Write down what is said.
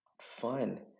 fun